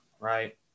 Right